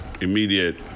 immediate